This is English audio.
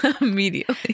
immediately